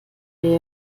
ihre